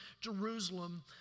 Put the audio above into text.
Jerusalem